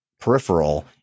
peripheral